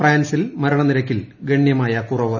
ഫ്രാൻസിൽ മരണ നിരക്കിൽ ഗണ്യമായ കുറവ്